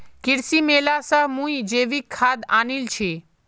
कृषि मेला स मुई जैविक खाद आनील छि